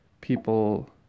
people